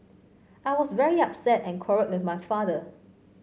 I was very upset and quarrelled with my father